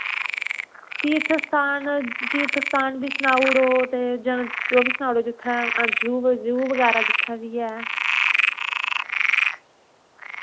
तीर्थस्थान तीर्थस्थान बी सनाऊड़ो ते जां ओह् वी सनाऊड़ो जित्थैं जू जू बगैरा जित्थै बी ऐ